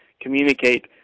communicate